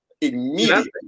immediately